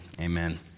amen